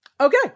Okay